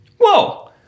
Whoa